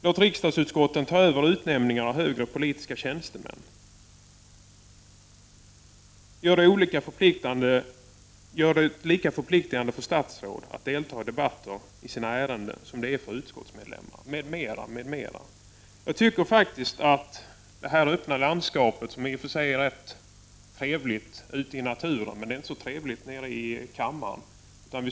Låt riksdagsutskotten ta över utnämningar av högre politiska tjänstemän. Gör det lika förpliktigande för statsråd som för utskottsmedlemmar att delta i debatter i frågor inom det egna ansvarsområdet. Jag anser faktiskt att vi skulle behöva vitalisera debatterna. Det öppna landskapet är i och för sig trevligt ute i naturen, men det är inte så trevligt här i kammaren.